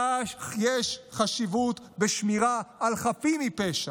כך יש חשיבות בשמירה על חפים מפשע,